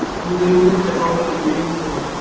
you can even check out the video store